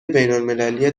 بینالمللی